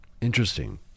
Interesting